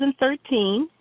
2013